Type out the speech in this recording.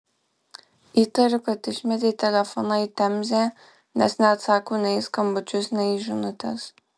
įtariu kad išmetė telefoną į temzę nes neatsako nei į skambučius nei į žinutes